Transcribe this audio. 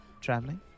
traveling